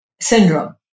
syndrome